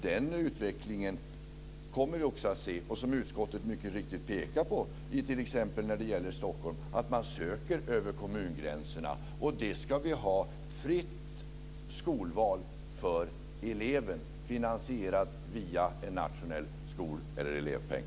Den utvecklingen kommer vi också att se, och som utskottet mycket riktigt pekar på söker man, t.ex. när det gäller Stockholm, över kommungränserna. Vi ska ha fritt skolval för eleven finansierat via en nationell skol eller elevpeng.